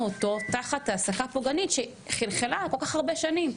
אותו תחת העסקה פוגענית שחלחלה כל כך הרבה שנים.